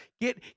get